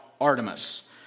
Artemis